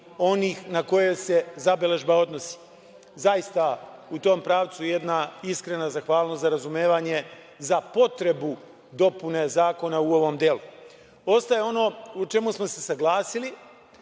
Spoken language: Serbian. onih na koje se zabeležba odnosi. Zaista, u tom pravcu jedna iskrena zahvalnost za razumevanje za potrebu dopune zakona u ovom delu. Ostaje ono u čemu smo se saglasili